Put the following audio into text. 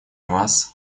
вас